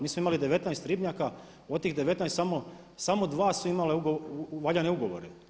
Mi smo imali 19 ribnjaka, od tih 19 samo 2 su imala valjane ugovore.